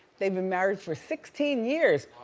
they've been married for sixteen years.